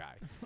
guy